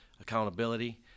accountability